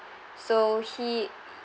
so he